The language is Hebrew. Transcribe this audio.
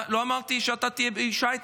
לא אמרתי שאתה תהיה איש הייטק,